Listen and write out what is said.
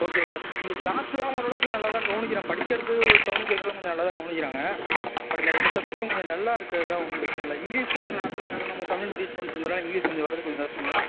okay sir இங்கே கிளாஸ்லாம் ஓரளவுக்கு நல்லா தான் கவனிக்கிறான் படிக்கிறது கவனிக்கிறதுலாம் கொஞ்சம் நல்லா தான் கவனிக்கிறாங்க பட் இந்த ரெண்டு சப்ஜெக்ட்லையும் கொஞ்சம் டல்லாக இருக்கிறது தான் ஒன்றும் பிரச்சனை இல்லை இங்கிலீஷு கொஞ்சம் நார்மலாக யாரும் நம்ம தமிழ் மீடியம் ஸ்டூடண்ட்ஸ் இருந்தால் தான் இங்கிலீஷ் கொஞ்சம் வரது கொஞ்சம் கஷ்டம் தான்